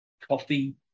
coffee